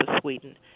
Sweden